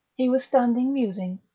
he was standing musing,